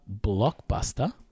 blockbuster